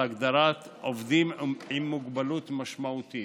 הגדרת "עובדים עם מוגבלות משמעותית".